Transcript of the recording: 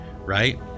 right